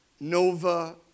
Nova